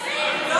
מגזים.